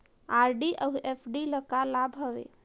RD अऊ FD ल का लाभ हवे?